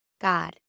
God